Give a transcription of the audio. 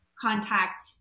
contact